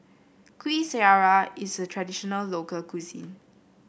Kuih Syara is a traditional local cuisine